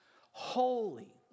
holy